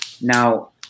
Now